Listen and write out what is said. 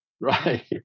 right